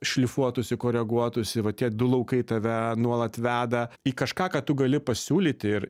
šlifuotųsi koreguotųsi va tie du laukai tave nuolat veda į kažką ką tu gali pasiūlyti ir